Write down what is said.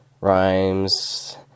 Rhymes